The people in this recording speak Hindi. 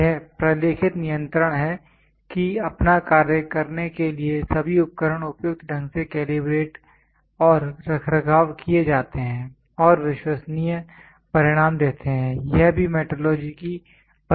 यह प्रलेखित नियंत्रण है कि अपना कार्य करने के लिए सभी उपकरण उपयुक्त ढंग से कैलिब्रेटे और रखरखाव किए जाते हैं और विश्वसनीय परिणाम देते हैं यह भी मेट्रोलॉजी की परिभाषा है